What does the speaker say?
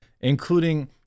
including